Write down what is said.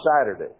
Saturday